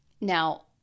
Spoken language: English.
Now